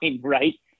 right